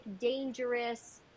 dangerous